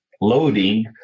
loading